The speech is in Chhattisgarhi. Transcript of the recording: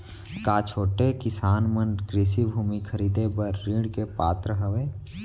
का छोटे किसान मन कृषि भूमि खरीदे बर ऋण के पात्र हवे?